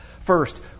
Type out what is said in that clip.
First